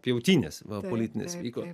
pjautynės va politinės vyko